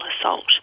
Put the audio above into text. assault